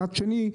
מצד שני,